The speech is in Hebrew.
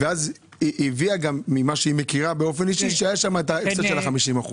ואז היא הביאה גם ממה שהיא מכירה באופן אישי שהיה שם את ההפסד של ה-50%.